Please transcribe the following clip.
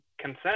consent